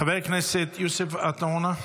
חבר הכנסת יוסף עטאונה,